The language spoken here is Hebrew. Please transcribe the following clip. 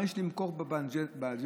מה יש למכור באג'נדה.